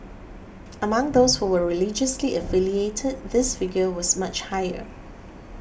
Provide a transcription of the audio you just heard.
among those who were religiously affiliated this figure was much higher